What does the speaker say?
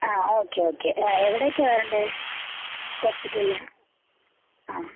okay okay എവിടെക്കാണ് വരണ്ടത് ഹോസ്പിറ്റലിൽ